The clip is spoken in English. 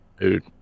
Dude